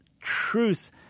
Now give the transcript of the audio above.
truth